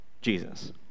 Jesus